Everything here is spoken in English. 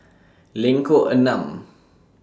Lengkok Enam